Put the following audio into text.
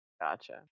Gotcha